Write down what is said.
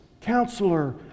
Counselor